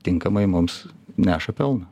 tinkamai mums neša pelną